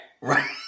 right